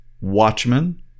Watchmen